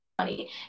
money